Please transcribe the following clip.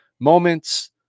moments